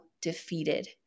defeated